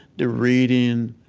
the reading,